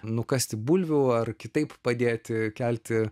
nukasti bulvių ar kitaip padėti kelti